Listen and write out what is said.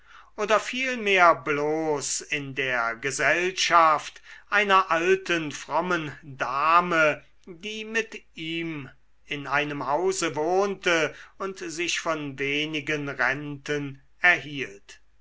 oder vielmehr bloß in der gesellschaft einer alten frommen dame die mit ihm in einem hause wohnte und sich von wenigen renten erhielt